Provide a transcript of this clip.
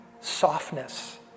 Softness